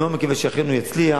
אני מאוד מקווה שאכן הוא יצליח.